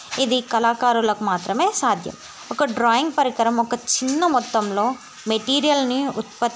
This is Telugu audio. ఇది కళాకారులకు మాత్రమే సాధ్యం ఒక డ్రాయింగ్ పరికరం ఒక చిన్న మొత్తంలో మెటీరియల్ని ఉత్పత్తి